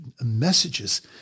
messages